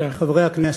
חברי הכנסת,